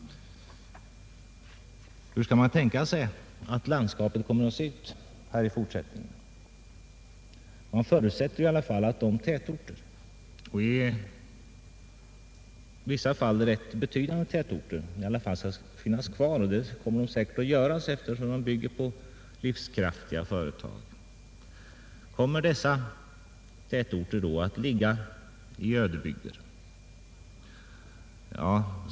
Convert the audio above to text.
Hur skall man tänka sig att landskapet kommer att se ut i fortsättningen? Man förutsätter ju i alla fall att det kommer att finnas kvar tätorter och i vissa fall rätt betydande tätorter eftersom de bygger på livskraftiga företag. Kommer dessa tätorter då att ligga i ödebygder?